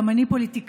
גם אני פוליטיקאית,